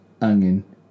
onion